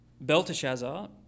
Belteshazzar